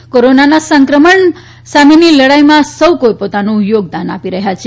દાન કોરોનાના સંક્રમણ માટેની લડાઇમાં સૌ કોઇ પોતાનું યોગદાન આપી રહ્યા છે